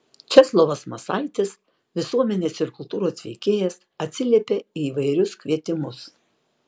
česlovas masaitis visuomenės ir kultūros veikėjas atsiliepia į įvairius kvietimus